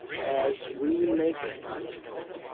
as we make it possible,